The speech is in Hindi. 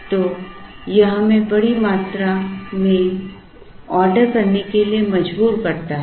तो यह हमें बड़ी मात्रा में ऑर्डर करने के लिए मजबूर करता है